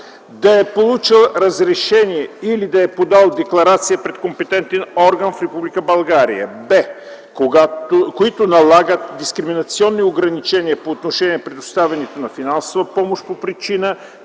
да е получил разрешение или да е подал декларация пред компетентен орган в Република България; б) които налагат дискриминационни ограничения по отношение предоставянето на финансова помощ по причина,